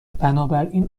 بنابراین